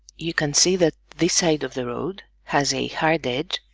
you can see that this side of the road has a hard edge